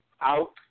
out